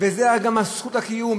וזו גם זכות הקיום,